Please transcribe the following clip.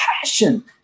passion